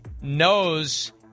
knows